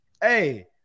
Hey